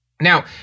Now